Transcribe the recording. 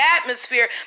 atmosphere